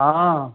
हाँ हाँ